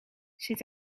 zit